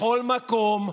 בכל מקום.